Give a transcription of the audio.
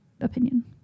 opinion